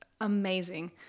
amazing